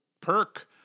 perk